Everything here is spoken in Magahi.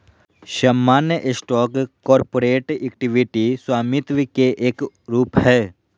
सामान्य स्टॉक कॉरपोरेट इक्विटी स्वामित्व के एक रूप हय